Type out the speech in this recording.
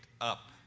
up